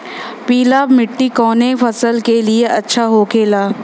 पीला मिट्टी कोने फसल के लिए अच्छा होखे ला?